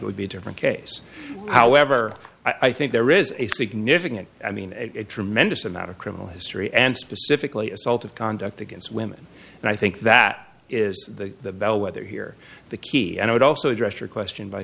think would be a different case however i think there is a significant i mean a tremendous amount of criminal history and specifically assault of conduct against women and i think that is the bellwether here the key and i would also address your question by